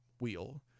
wheel